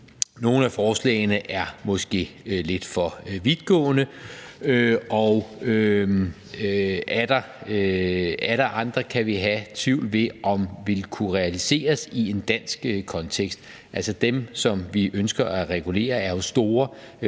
Nogle af forslagene er måske lidt for vidtgående, og atter andre kan vi have tvivl om vil kunne realiseres i en dansk kontekst. Altså, dem, som vi ønsker at regulere, er jo store